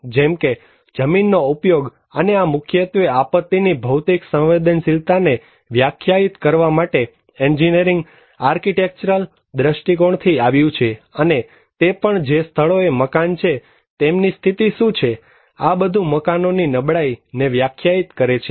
જેમ કે જમીનનો ઉપયોગ અને આ મુખ્યત્વે આપત્તિની ભૌતિક સંવેદનશીલતાને વ્યાખ્યાયિત કરવા માટે એન્જિનિયરિંગ આર્કિટેક્ચરલ દ્રષ્ટિકોણ થી આવ્યું છે અને તે પણ જે સ્થળોએ મકાન છે તેમની સ્થિતિ શું છે આ બધુ મકાનો ની નબળાઈ ને વ્યાખ્યાયિત કરે છે